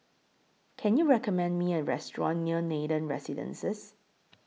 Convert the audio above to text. Can YOU recommend Me A Restaurant near Nathan Residences